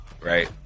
right